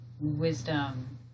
wisdom